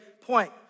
point